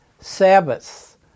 Sabbaths